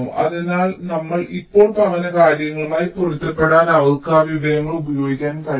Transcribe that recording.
അതിനാൽ നമ്മൾ ഇപ്പോൾ പറഞ്ഞ കാര്യങ്ങളുമായി പൊരുത്തപ്പെടാൻ അവർക്ക് ആ വിവരങ്ങൾ ഉപയോഗിക്കാൻ കഴിയും